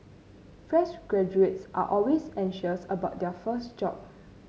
fresh graduates are always anxious about their first job